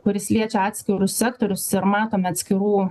kuris liečia atskirus sektorius ir matome atskirų